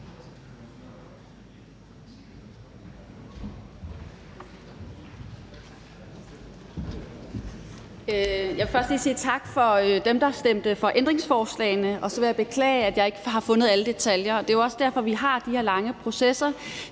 tak til dem, der stemte for ændringsforslagene, og så vil jeg beklage, at jeg ikke har fundet alle detaljer. Det er jo også derfor, at vi har de her lange processer.